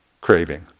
craving